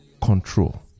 control